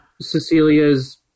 Cecilia's